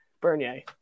Bernier